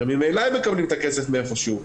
הרי ממילא הם מקבלים את הכסף מאיפה שהוא,